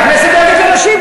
הכנסת דואגת לנשים,